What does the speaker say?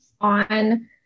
on